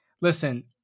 listen